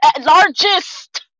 Largest